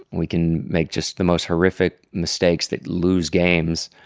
we can make just the most horrific mistakes that lose games,